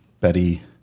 Betty